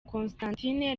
constantine